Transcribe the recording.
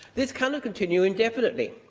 this cannot continue indefinitely,